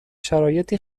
شرایطی